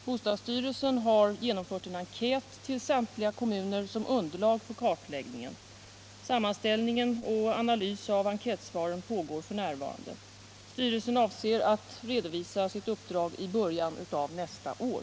Bostadsstyrelsen har genomfört en enkät till samtliga kommuner som underlag för kartläggningen. Sammanställning och analys av enkätsvaren pågår f.n. Styrelsen avser att redovisa sitt uppdrag i början av nästa år.